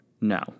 No